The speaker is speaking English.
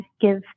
give